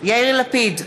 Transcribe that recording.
יאיר לפיד,